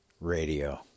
Radio